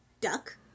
duck